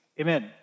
Amen